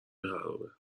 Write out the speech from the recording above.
خرابه